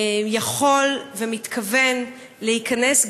יכול ומתכוון להיכנס,